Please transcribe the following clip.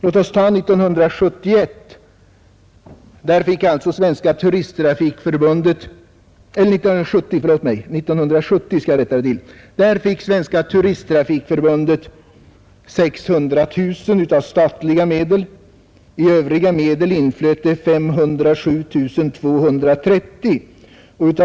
År 1970 t.ex. fick Svenska turisttrafikförbundet 600 000 kronor i statliga medel. I övriga medel inflöt 507 230 kronor.